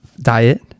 diet